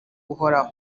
buhoraho